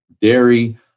dairy